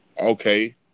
Okay